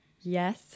yes